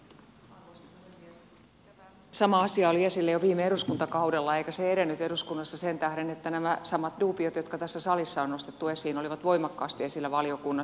tämä sama asia oli esillä jo viime eduskuntakaudella eikä se edennyt eduskunnassa sen tähden että nämä samat duubiot jotka tässä salissa on nostettu esiin olivat voimakkaasti esillä valiokunnassa